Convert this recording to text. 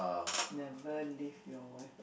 never leave your wife